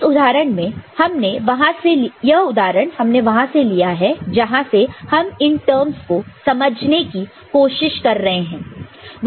इस उदाहरण में हमने वहां से लिया है जहां से हम इन टर्मस को समझने की कोशिश कर रहे हैं